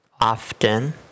Often